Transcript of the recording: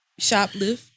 shoplift